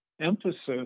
emphasis